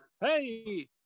hey